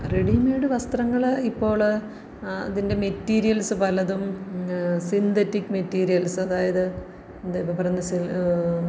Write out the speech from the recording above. readymade വസ്ത്രങ്ങൾ ഇപ്പോൾ അതിൻ്റെ മെറ്റീരിയൽസ് പലതും സിന്തറ്റിക് മെറ്റീരിയൽസ് അതായത് എന്താണ് ഇപ്പോൾ പറയുന്നത് സ്